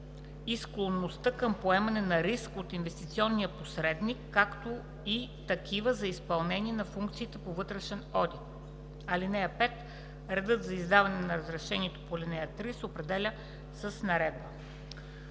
и склонността към поемане на риск от инвестиционния посредник, както и такива за изпълняване на функциите по вътрешен одит. (5) Редът за издаване на разрешението по ал. 3 се определя с наредба.“